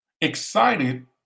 Excited